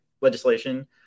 legislation